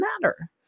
matter